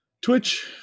Twitch